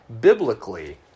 biblically